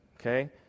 Okay